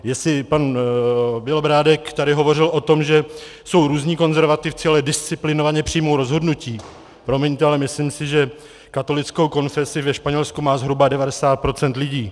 Jestli pan Bělobrádek tady hovořil o tom, že jsou různí konzervativci, ale disciplinovaně přijmou rozhodnutí, promiňte, ale myslím si, že katolickou konfesi ve Španělsku má zhruba 90 % lidí.